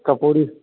Kapuri